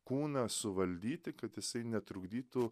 kūną suvaldyti kad jisai netrukdytų